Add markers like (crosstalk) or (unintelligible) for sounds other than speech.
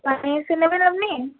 (unintelligible) এসে নেবেন আপনি